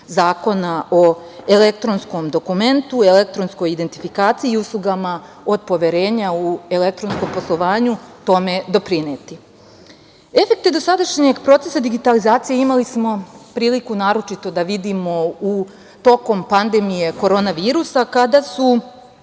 Zakona o elektronskom dokumentu i elektronskoj identifikaciji i uslugama od poverenja u elektronskom poslovanju tome doprineti. Efekte dosadašnjeg procesa digitalizacije imali smo priliku naročito da vidimo tokom pandemije korona virusa kada,